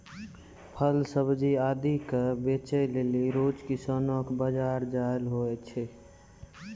फल सब्जी आदि क बेचै लेलि रोज किसानो कॅ बाजार जाय ल होय छै